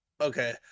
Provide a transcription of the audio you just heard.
okay